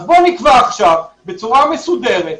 אז בוא נקבע עכשיו בצורה מסודרת,